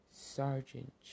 Sergeant